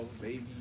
baby